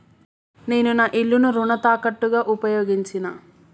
నేను నా ఇల్లును రుణ తాకట్టుగా ఉపయోగించినా